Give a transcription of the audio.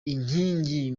inkingi